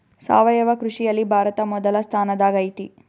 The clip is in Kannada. ಸಾವಯವ ಕೃಷಿಯಲ್ಲಿ ಭಾರತ ಮೊದಲ ಸ್ಥಾನದಾಗ್ ಐತಿ